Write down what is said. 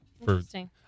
Interesting